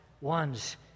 One's